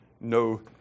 no